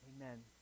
Amen